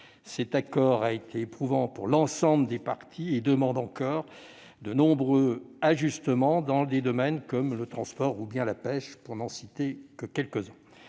Cet accord a été éprouvant pour l'ensemble des parties et demande encore de nombreux ajustements dans des domaines comme le transport ou bien la pêche, pour n'en citer que quelques-uns.